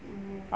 mm